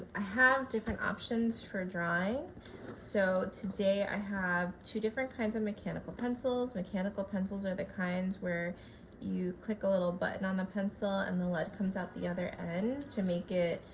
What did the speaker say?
i have different options for drawing so today i have two different kinds of mechanical pencils. mechanical pencils are the kinds where you click a little button on the pencil and the lead comes out the other end to make it